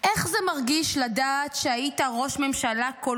איך זה מרגיש לדעת שהיית ראש ממשלה כל